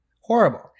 horrible